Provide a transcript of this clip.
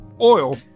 oil